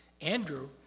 Andrew